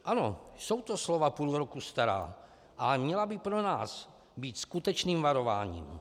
Ano, jsou to slova půl roku stará, ale měla by pro nás být skutečným varováním.